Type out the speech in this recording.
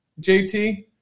JT